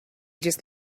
just